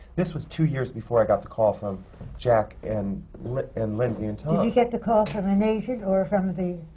this was two years before i got the call from jack and like and lindsay and tom. did you get the call from an agent or from the